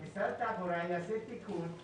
שמשרד התחבורה יעשה תיקון,